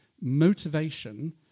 motivation